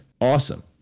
Awesome